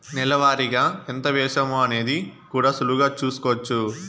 నెల వారిగా ఎంత వేశామో అనేది కూడా సులువుగా చూస్కోచ్చు